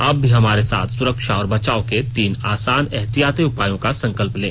आप भी हमारे साथ सुरक्षा और बचाव के तीन आसान एहतियाती उपायों का संकल्प लें